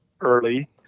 early